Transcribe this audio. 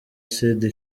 sud